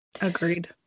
Agreed